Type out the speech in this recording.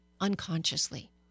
Unconsciously